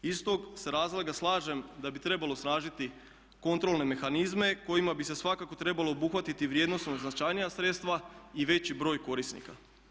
Iz tog se razloga slažem da bi trebalo osnažiti kontrolne mehanizme kojima bi se svakako trebalo obuhvatiti vrijednosno značajnija sredstva i veći broj korisnika.